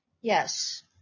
Yes